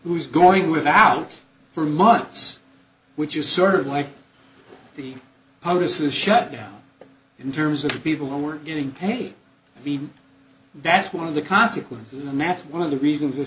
who is going without for months which you sort of like the how this is shut down in terms of the people who are getting paid i mean that's one of the consequences and that's one of the reasons